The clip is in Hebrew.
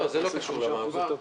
זה לא קשור למעבר.